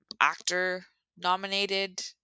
actor-nominated